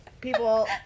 people